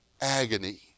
agony